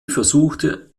versuchte